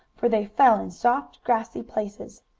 for they fell in soft, grassy places.